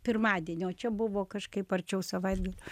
pirmadienį o čia buvo kažkaip arčiau savaitgalio